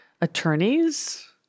attorneys